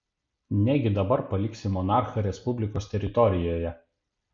negi dabar paliksi monarchą respublikos teritorijoje